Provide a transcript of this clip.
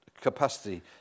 capacity